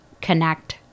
connect